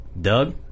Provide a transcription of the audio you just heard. Doug